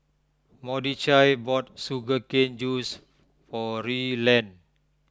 Mordechai bought Sugar Cane Juice for Ryland